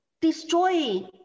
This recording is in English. destroy